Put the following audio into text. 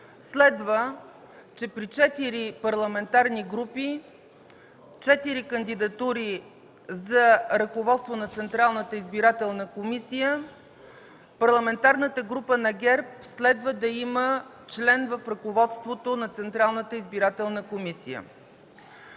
следва, че при четири парламентарни групи и четири кандидатури за ръководство на Централната избирателна комисия, Парламентарната група на ГЕРБ следва да има член в ръководството на Централната избирателна комисия.